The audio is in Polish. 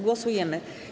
Głosujemy.